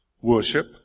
worship